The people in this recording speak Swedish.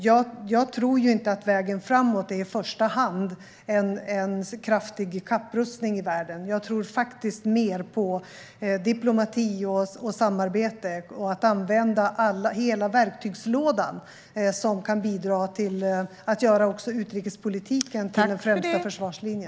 Jag tror inte att vägen framåt i första hand är en kraftig kapprustning i världen, utan jag tror mer på diplomati och samarbete och att använda hela verktygslådan, vilket kan bidra till att göra också utrikespolitiken till den främsta försvarslinjen.